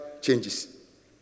changes